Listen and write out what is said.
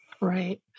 Right